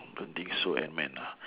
don't think so antman ah